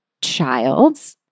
child's